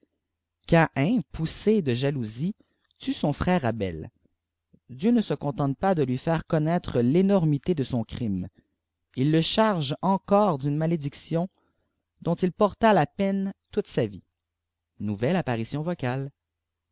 caïn poussé de jalousie tue son irère abel dieu ne se contente pasdelw faire connaître ténormité de sop crime il le charge encore dujae malédiction dont il porta la peine toute sa vie nouvelle aijrîfîon vocalç